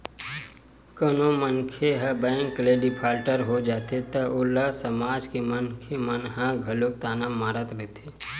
कोनो मनखे ह बेंक ले डिफाल्टर हो जाथे त ओला समाज के मनखे मन ह घलो ताना मारत रहिथे